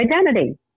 identity